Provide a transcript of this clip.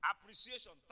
Appreciation